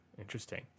Interesting